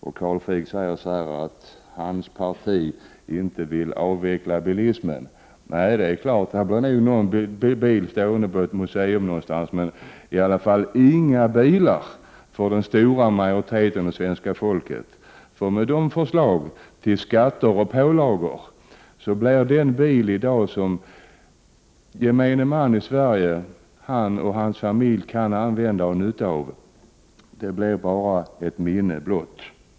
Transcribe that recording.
Carl Frick säger att hans parti inte vill avveckla bilismen. Nej, det är klart — det blir nog någon bil stående på ett museum någonstans, men det blir inga bilar för den stora majoriteten av svenska folket. Med miljöpartiets förslag till skatter och pålagor blir den bil som gemene man och hans familj i Sverige i dag kan använda och ha nytta av ett minne blott.